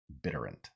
bitterant